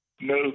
no